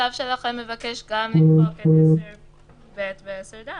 הצו שלכם מבקש גם למחוק את 10(ב) ואת 10(ד).